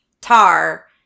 Tar